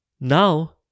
now